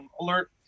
alert